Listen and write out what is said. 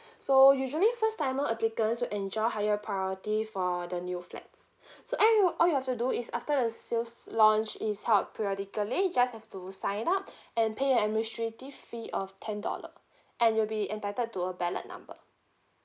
so usually first timer applicant will enjoy higher priority for the new flats so and you all you have to do is after the sales launch is held periodically you just have to sign up and pay administrative fee of ten dollar and you'll be entitled to a ballot number